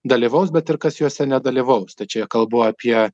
dalyvaus bet ir kas juose nedalyvaus tai čia kalbu apie